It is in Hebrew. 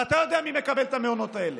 ואתה יודע מי מקבל את המעונות האלה.